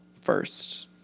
first